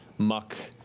muck,